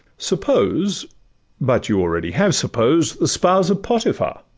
suppose but you already have supposed, the spouse of potiphar,